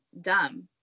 dumb